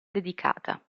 dedicata